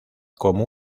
como